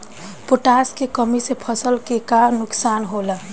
Potash के कमी से फसल के का नुकसान होला?